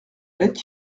lettre